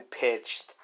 pitched